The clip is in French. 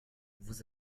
vous